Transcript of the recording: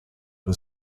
was